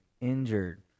injured